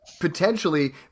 potentially